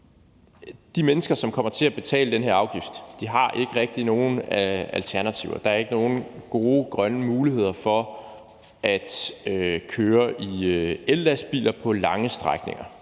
de mennesker, som kommer til at betale den afgift, ikke rigtig har nogen alternativer. Der er ikke nogen gode grønne muligheder for at køre i ellastbiler på lange strækninger.